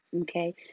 okay